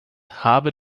habe